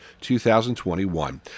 2021